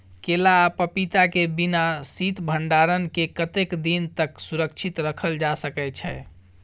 केला आ पपीता के बिना शीत भंडारण के कतेक दिन तक सुरक्षित रखल जा सकै छै?